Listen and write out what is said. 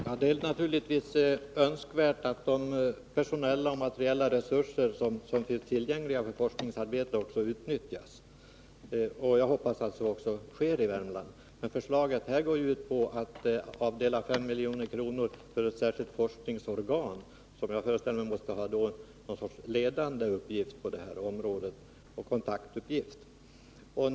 Fru talman! Det är naturligtvis önskvärt att de personella och materiella resurser som finns tillgängliga för forskningsarbete utnyttjas, och jag hoppas att så också sker i Värmland. Men detta förslag går ju ut på att avdela 5 milj.kr. för ett särskilt forskningsorgan, som jag föreställer mig måste ha någon sorts ledande uppgift och en kontaktuppgift inom det här området.